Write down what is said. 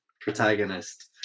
protagonist